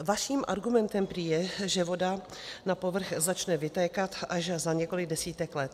Vaším argumentem prý je, že voda na povrch začne vytékat až za několik desítek let.